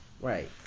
Right